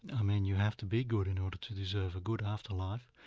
i mean, you have to be good in order to deserve a good afterlife,